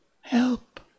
Help